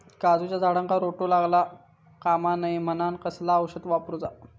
काजूच्या झाडांका रोटो लागता कमा नये म्हनान कसला औषध वापरूचा?